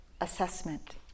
assessment